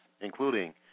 including